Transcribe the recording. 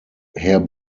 herr